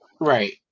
Right